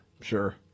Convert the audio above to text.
Sure